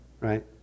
Right